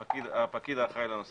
הפקיד האחראי לנושא